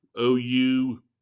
OU